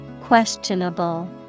Questionable